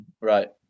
Right